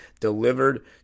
delivered